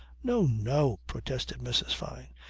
no, no! protested mrs. fyne.